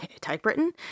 typewritten